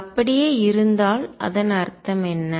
அது அப்படியே இருந்தால் பாதுகாக்கப்பட்டால் அதன் அர்த்தம் என்ன